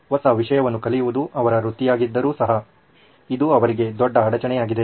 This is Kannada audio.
ಹೊಸ ವಿಷಯವನ್ನು ಕಲಿಯುವುದು ಅವರ ವೃತ್ತಿಯಾಗಿದ್ದರು ಸಹ ಇದು ಅವರಿಗೆ ದೊಡ್ಡ ಅಡಚಣೆಯಾಗಿದೆ